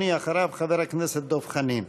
אחריו, חבר הכנסת דב חנין.